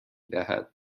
دهد